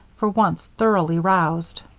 for once thoroughly roused.